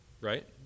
right